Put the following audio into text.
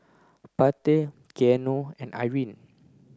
Pate Keanu and Irine